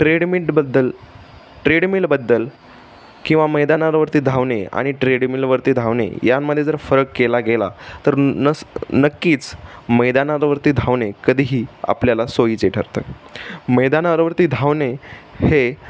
ट्रेडमिटबद्दल ट्रेडमिलबद्दल किंवा मैदानांवरती धावणे आणि ट्रेडमिलवरती धावणे यामध्ये जर फरक केला गेला तर नस नक्कीच मैदानारवरती धावणे कधीही आपल्याला सोयीचे ठरतं मैदानारवरती धावणे हे